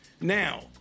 Now